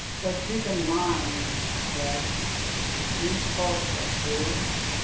but keep in mind that these folks are serious.